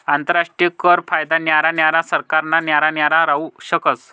आंतरराष्ट्रीय कर कायदा न्यारा न्यारा सरकारना न्यारा न्यारा राहू शकस